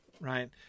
Right